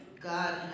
God